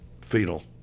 fatal